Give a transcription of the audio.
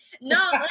No